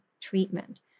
treatment